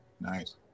Nice